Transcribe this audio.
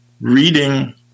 Reading